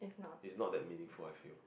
is not that meaningful I feel